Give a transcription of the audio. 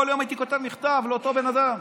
כל יום הייתי כותב מכתב לאותו בן אדם.